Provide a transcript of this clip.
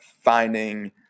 finding